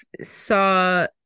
saw